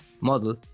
model